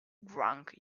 drunk